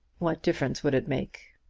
what difference would it make?